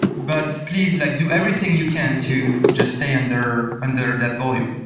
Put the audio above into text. but please like do everything you can to just stay under under that volume.